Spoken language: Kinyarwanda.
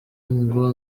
ngo